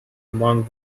among